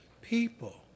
people